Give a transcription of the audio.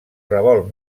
revolt